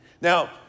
Now